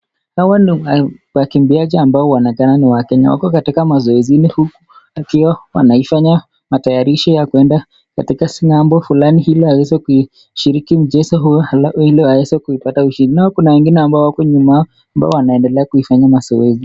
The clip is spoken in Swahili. Hawa ni wakimbiaji ambao wanaonekana ni wakenya wako katika mazoezini huku wakiwa wanaifanya matayarisho ya kuenda ngambo fulani ili aweze kushiriki mchezo huo ili aweze kupata ushiriki, naye kuna wengine ambao wako nyuma ambao wanaendelea kufanya mazoezi.